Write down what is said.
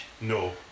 no